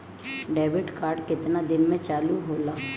Debit card केतना दिन में चालु होला?